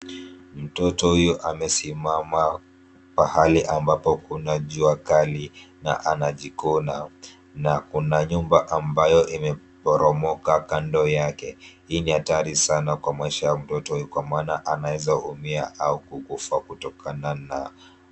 Mtoto huyu amesimama pahali ambapo kuna jua kali na anajikuna na kuna nyumba ambayo imeporomoka kando yake. Hii ni hatari sana kwa maisha ya mtoto huyu kwa maana anaweza umia au kukufa kutokana nayo.